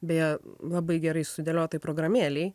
beje labai gerai sudėliota programėlėj